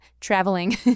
traveling